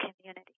community